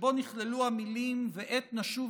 שבו נכללו המילים: "ועת נשוב,